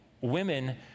Women